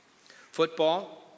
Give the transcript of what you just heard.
Football